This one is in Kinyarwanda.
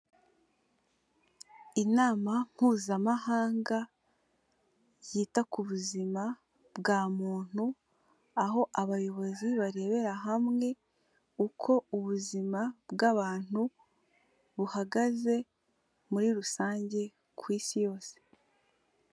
Inama Mpuzamahanga yita ku Buzima bwa Muntu, aho abayobozi barebera hamwe uko ubuzima bw'abantu buhagaze muri rusange ku isi yose.